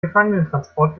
gefangenentransport